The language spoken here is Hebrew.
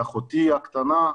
אחותי הקטנה,